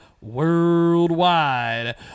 worldwide